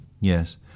yes